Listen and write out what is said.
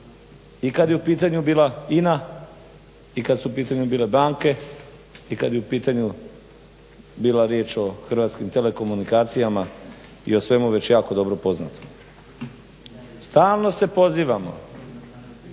i kada je u pitanju bila INA i kada su u pitanju bile banke i kada je u pitanju bila riječ o Hrvatskim telekomunikacijama o svemu i već jako dobro poznato. Stalno se pozivaju